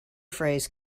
phrase